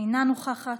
אינה נוכחת,